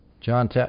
John